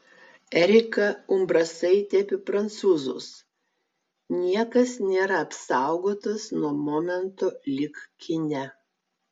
erika umbrasaitė apie prancūzus niekas nėra apsaugotas nuo momento lyg kine